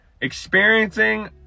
Experiencing